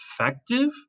effective